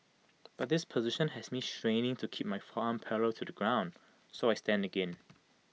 but this position has me straining to keep my forearm parallel to the ground so I stand again